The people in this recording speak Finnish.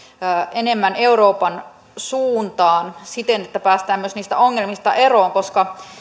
enemmän euroopan suuntaan siten että päästään myös niistä ongelmista eroon koska